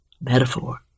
Metaphor